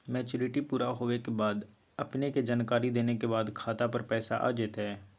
Maturity पुरा होवे के बाद अपने के जानकारी देने के बाद खाता पर पैसा आ जतई?